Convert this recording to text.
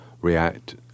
react